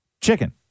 Chicken